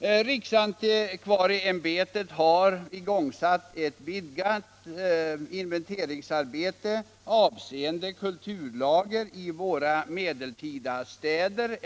Riksantikvarieämbetet har igångsatt ett vidgat inventeringsarbete avseende kulturlager i våra medeltida städer.